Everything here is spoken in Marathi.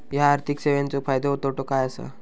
हया आर्थिक सेवेंचो फायदो तोटो काय आसा?